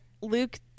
Luke